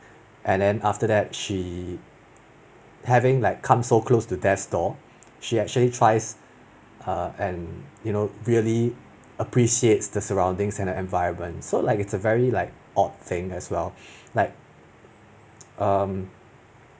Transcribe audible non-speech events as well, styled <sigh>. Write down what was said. and then after that she having like come so close to death lor she actually tries err and you know really appreciates the surroundings and the environment so like it's a very like odd thing as well like <noise> um